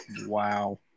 Wow